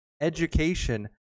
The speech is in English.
education